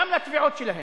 גם לתביעות שלהם.